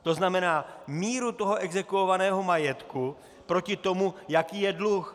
To znamená míru toho exekuovaného majetku proti tomu, jaký je dluh.